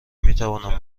میتوانم